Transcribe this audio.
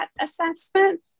assessment